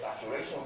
saturation